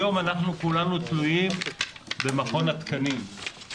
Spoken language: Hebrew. היום אנחנו כולנו תלויים במכון התקנים,